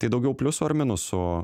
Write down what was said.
tai daugiau pliusų ar minusų